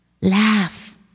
Laugh